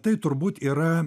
tai turbūt yra